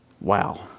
Wow